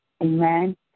Amen